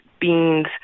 beans